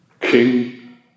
King